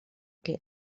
que